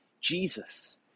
Jesus